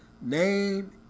Name